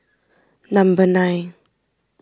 number nine